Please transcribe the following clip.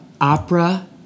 opera